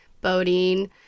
boating